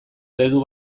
eredu